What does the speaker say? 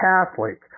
Catholic